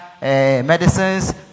medicines